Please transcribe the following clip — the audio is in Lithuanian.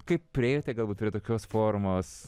kaip priėjote galbūt prie tokios formos